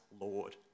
Lord